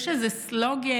יש איזה סלוגן,